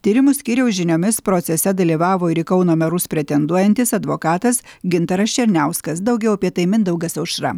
tyrimų skyriaus žiniomis procese dalyvavo ir į kauno merus pretenduojantis advokatas gintaras černiauskas daugiau apie tai mindaugas aušra